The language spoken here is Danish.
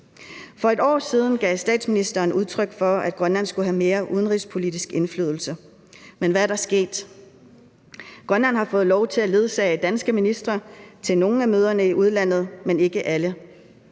For et år siden gav statsministeren udtryk for, at Grønland skulle have mere udenrigspolitisk indflydelse. Men hvad er der sket? Grønland har fået lov til at ledsage danske ministre til nogle af møderne i udlandet, men ikke alle.